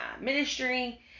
ministry